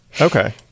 okay